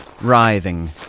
writhing